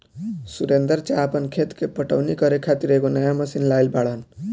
सुरेंदर चा आपन खेत के पटवनी करे खातिर एगो नया मशीन लाइल बाड़न